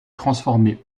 transformé